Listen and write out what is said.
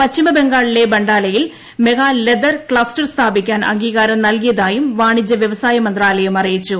പശ്ചിമ ബംഗാളിലെ ബണ്ടാലയിൽ mega leather cluster സ്ഥാപിക്കാൻ അംഗീകാരം നൽകിയതായും വാണിജ്യ വ്യവസായ മന്ത്രാലയം അറിയിച്ചു